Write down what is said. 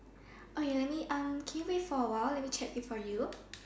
oh you let me um can you wait for a while let me check it for you